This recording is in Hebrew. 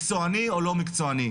מקצועני או לא מקצועני,